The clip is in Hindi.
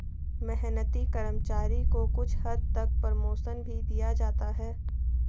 मेहनती कर्मचारी को कुछ हद तक प्रमोशन भी दिया जाता है